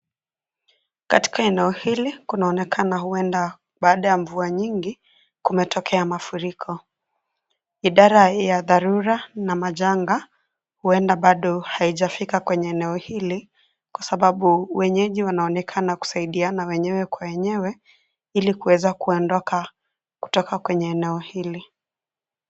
Katika eneo hili kunaonekana huenda baada ya mvua nyingi kumetokea mafuriko. Idara ya dharura na majanga huenda bado haijafika kwenye eneo hili kwa sababu wenyeji wanaonekana kusaidiana wenyewe kwa wenyewe ili kuweza kuondoka kutoka kwenye eneo hili.